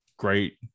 Great